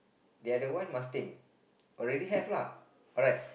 the other one must think already have lah but like